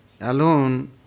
alone